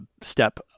step